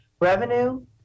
revenue